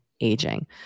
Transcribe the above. aging